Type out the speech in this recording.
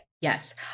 Yes